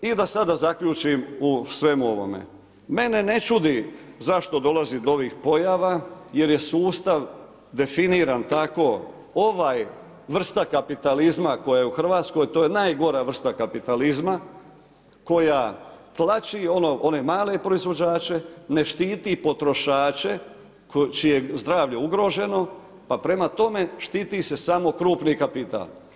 I da sada zaključim u svemu ovome, mene ne čudi zašto dolazi do ovih pojava, jer je sustav definiran tako, ova vrsta kapitalizma koja je u Hrvatskoj, to je najgora vrsta kapitalizma, koja tlači one male proizvođače, ne štiti potrošače, koje je zdravlje ugroženo, pa prema tome, štiti se samo krupni kapital.